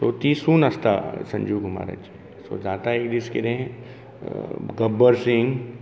so ती सून आसता संजीव कुमाराची सो जाता एक दीस कितें गब्बर सिंग